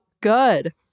good